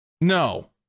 No